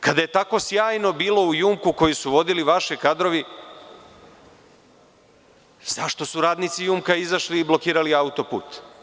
Kada je tako sjajno bilo u „Jumku“ koji su vodili vaši kadrovi, zašto su radnici „Jumka“ izašli i blokirali auto-put?